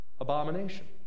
abomination